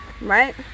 right